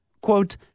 quote